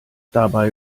dabei